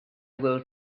will